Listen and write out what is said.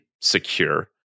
secure